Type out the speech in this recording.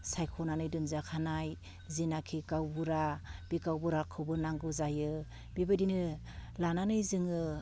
सायख'नानै दोनजाखानाय जि नाखि गावबुरा बे गावबुराखौबो नांगौ जायो बेबायदिनो लानानै जोङो